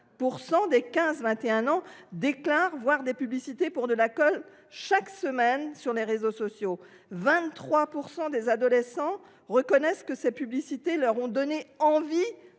79 % des 15 21 ans déclarent voir des publicités pour de l’alcool chaque semaine sur les réseaux sociaux. Et 23 % des adolescents reconnaissent que ces publicités leur ont donné envie